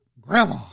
grandma